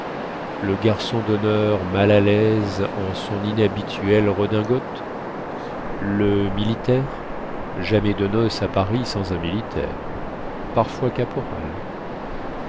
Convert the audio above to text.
le garçon dhonneur mal à laise en son inhabituelle redingote le militaire jamais de noce à paris sans un militaire parfois caporal